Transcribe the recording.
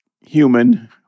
human